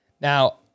Now